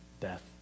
death